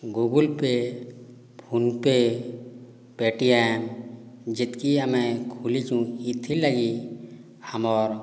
Google Pay PhonePe Paytm ଯେତ୍କି ଆମେ ଖୁଲିଚୁଁ ଇଥିର୍ଲାଗି ଆମର୍